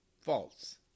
false